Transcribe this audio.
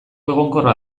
egonkorra